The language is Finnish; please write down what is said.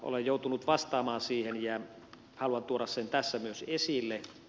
olen joutunut vastaamaan siihen ja haluan tuoda sen tässä myös esille